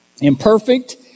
imperfect